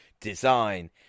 design